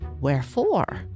wherefore